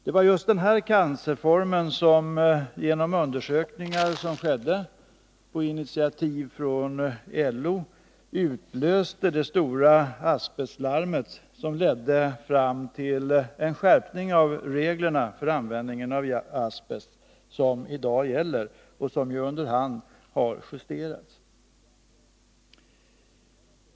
Det var denna cancerform som genom undersökningar utförda på initiativ av LO utlöste det stora asbestlarmet, vilket ledde till en skärpning av reglerna för användning av asbest. Justeringar av dessa har därefter vidtagits under hand.